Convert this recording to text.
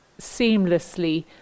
seamlessly